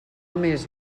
més